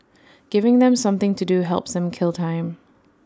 giving them something to do helps them kill time